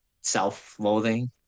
self-loathing